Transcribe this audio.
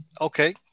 Okay